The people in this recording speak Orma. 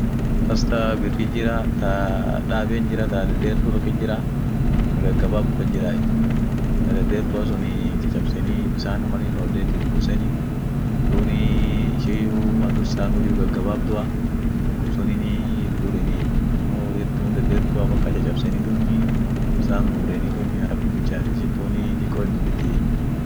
Midaanii biriit jirai, midaan gagababat jira, dederaat jira ,didimaat jira, dumii ka lila adadianen hinjir. midaan kadibi pilauan daabeni dibi birianian daabeni, kadibi maragean wot daabeni, duumi kila midaan ak daabeent jirai, iyo wonwolkasdaabenuun, gagarbaaseni akas jir